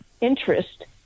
interest